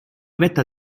vetta